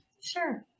sure